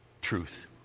truth